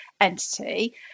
entity